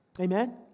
Amen